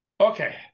Okay